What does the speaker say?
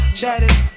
chatted